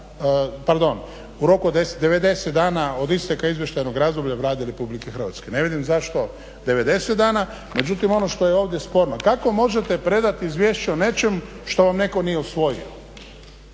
pardon u roku od 90 dana od isteka izvještajnog razdoblja Vlade RH. Ne vidim zašto 90 dana, međutim ono što je ovdje sporno, kako možete predati izvješće o nečemu što vam netko nije usvojio?